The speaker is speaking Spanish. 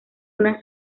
una